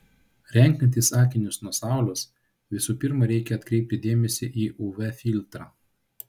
renkantis akinius nuo saulės visų pirma reikia atkreipti dėmesį į uv filtrą